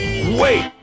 Wait